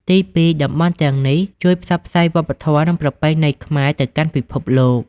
ទីពីរ តំបន់ទាំងនេះជួយផ្សព្វផ្សាយវប្បធម៌ និងប្រពៃណីខ្មែរទៅកាន់ពិភពលោក។